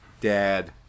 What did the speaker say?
dad